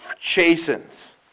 Chastens